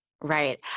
Right